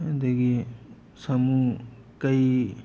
ꯑꯗꯒꯤ ꯁꯥꯃꯨ ꯀꯩ